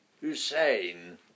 Hussein